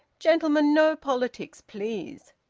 gentlemen, no politics, please!